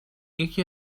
یکی